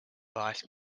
vice